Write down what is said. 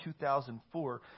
2004